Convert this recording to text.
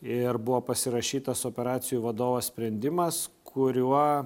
ir buvo pasirašytas operacijų vadovo sprendimas kuriuo